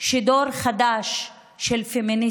שדור חדש של פמיניסטיות,